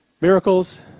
miracles